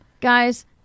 guys